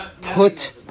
put